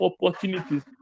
opportunities